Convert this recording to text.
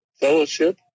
fellowship